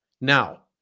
Now